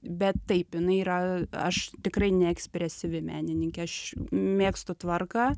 bet taip jinai yra aš tikrai neekspresyvi menininkė aš mėgstu tvarką